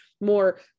more